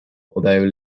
although